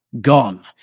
gone